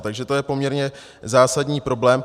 Takže to je poměrně zásadní problém.